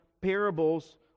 parables